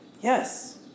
Yes